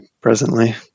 presently